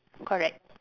correct